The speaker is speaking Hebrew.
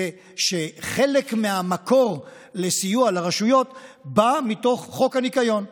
זה שחלק מהמקור לסיוע לרשויות בא מתוך חוק הניקיון.